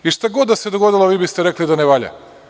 I šta god da se dogodilo vi biste rekli da ne valja.